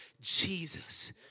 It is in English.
Jesus